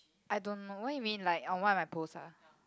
I don't know what you mean like on what I post ah